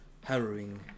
harrowing